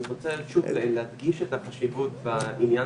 אני רוצה להדגיש את החשיבות בעניין